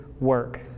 work